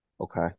okay